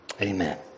Amen